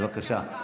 בבקשה.